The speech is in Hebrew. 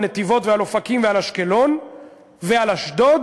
על נתיבות ועל אופקים ועל אשקלון ועל אשדוד,